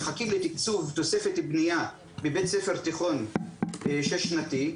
אנחנו מחכים לתקצוב תוספת בנייה בבית ספר תיכון שש שנתי,